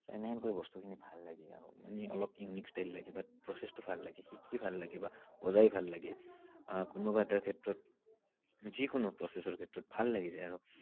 এনেহেনকৈ বস্তুখিনি ভাল লাগে আৰু মানে অলপ ইউনিক ষ্টাইল লাগে বাট প্ৰচেছটো ভাল লাগে শিকি ভাল লাগে বা বজাই ভাল লাগে কোনোবা এটা ক্ষেত্ৰত যিকোনো প্ৰচেছৰ ক্ষেত্ৰত ভাল লাগে আৰু